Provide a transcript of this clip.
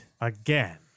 again